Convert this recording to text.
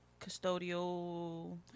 custodial